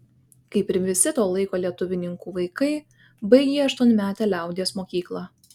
kaip ir visi to laiko lietuvininkų vaikai baigė aštuonmetę liaudies mokyklą